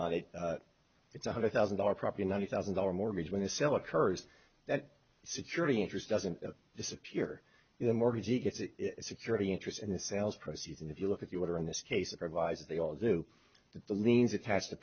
on it it's one hundred thousand dollars property ninety thousand dollar mortgage when the sell occurs that security interest doesn't disappear in the mortgage it gets security interest and the sales proceeds and if you look at the water in this case it revises they all do the liens attach the